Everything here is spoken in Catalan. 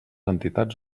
entitats